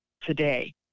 today